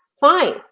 fine